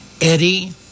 Eddie